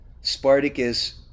Spartacus